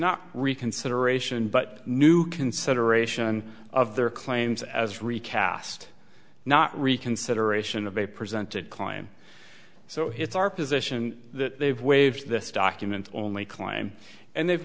not reconsideration but new consideration of their claims as recast not reconsideration of a presented climb so it's our position that they've waived this document only climb and they've